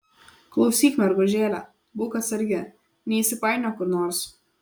klausyk mergužėle būk atsargi neįsipainiok kur nors